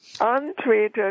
Untreated